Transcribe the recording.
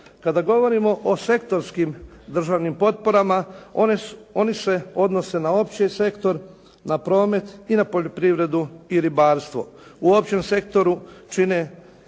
Kada govorimo o sektorskim državnim potporama one se odnose na opći sektor, na promet i na poljoprivredu i ribarstvo. U općem sektoru čine: